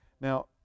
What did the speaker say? Now